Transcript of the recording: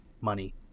money